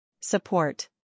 Support